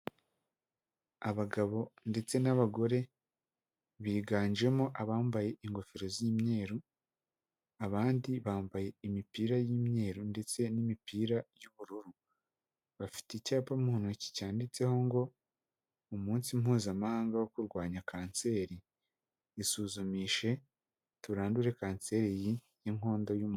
Abagabo ndetse n'abagore, biganjemo abambaye ingofero z'imyeru, abandi bambaye imipira y'imyeru ndetse n'imipira y'ubururu, bafite icyapa mu ntoki cyanditseho ngo umunsi mpuzamahanga wo kurwanya kanseri, isuzumishe turandure kanseri y'inkondo y'umura.